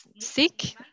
sick